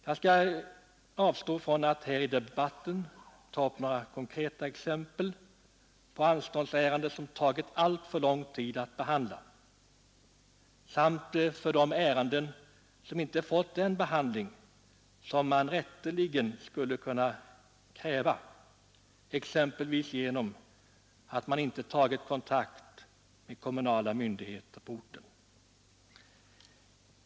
Jag skall avstå från att här i debatten ta upp några konkreta exempel på anståndsärenden som tagit alltför lång tid att behandla samt på ärenden som inte fått den behandling som man rätteligen skulle kunna kräva — exempelvis genom att kontakt inte tagits med kommunala myndigheter på orten.